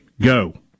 Go